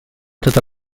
tota